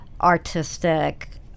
artistic